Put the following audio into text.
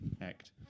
act